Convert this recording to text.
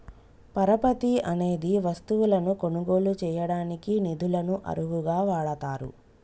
పరపతి అనేది వస్తువులను కొనుగోలు చేయడానికి నిధులను అరువుగా వాడతారు